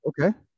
Okay